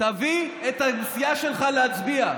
תביא את הסיעה שלך להצביע.